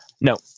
no